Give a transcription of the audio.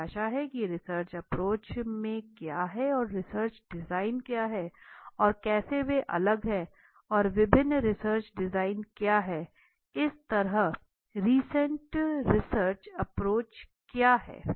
मुझे आशा है कि रिसर्च अप्रोच में क्या है और रिसर्च डिजाइन क्या है और कैसे वे अलग हैं और विभिन्न रिसर्च डिजाइन क्या है और इसी तरह रिसेंट रिसर्च अप्रोच क्या है